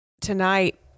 Tonight